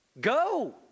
Go